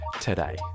today